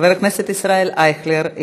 חבר הכנסת ישראל אייכלר,